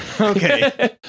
Okay